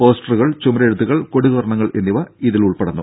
പോസ്റ്ററുകൾ ചുമരെഴുത്തുകൾ കൊടി തോരണങ്ങൾ എന്നിവ ഇതിൽ ഉൾപ്പെടുന്നു